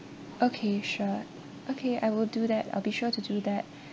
okay sure okay I will do that I'll be sure to do that